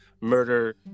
murder